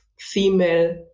female